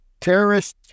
terrorists